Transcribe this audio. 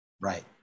Right